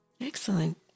Excellent